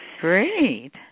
Great